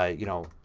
ah you know,